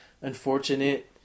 unfortunate